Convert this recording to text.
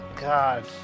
God